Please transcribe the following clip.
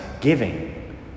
giving